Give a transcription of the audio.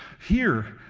here,